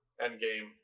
endgame